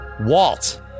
Walt